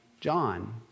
John